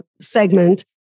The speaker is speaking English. segment